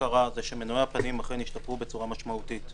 מנועי הפנים אכן השתפרו בצורה משמעותית.